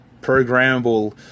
programmable